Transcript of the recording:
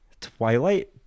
twilight